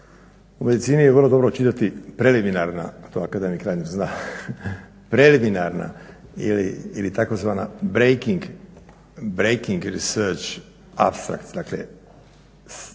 U medicini je vrlo dobro čitati preliminarna, to akademik Reiner zna, preliminarna ili tzv. breaking research …, dakle znanstvene